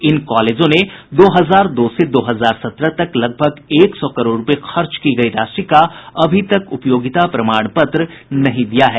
इन कालेजों ने दो हजार दो से दो हजार सत्रह तक लगभग एक सौ करोड़ रूपये खर्च की गयी राशि का अभी तक उपयोगिता प्रमाण पत्र नहीं दिया है